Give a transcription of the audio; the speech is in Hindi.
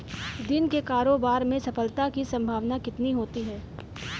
दिन के कारोबार में सफलता की संभावना कितनी होती है?